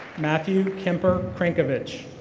matthew kemper crankovich.